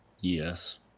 Yes